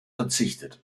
verzichtet